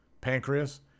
pancreas